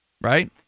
right